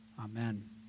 Amen